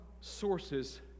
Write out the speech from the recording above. sources